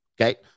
Okay